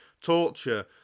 torture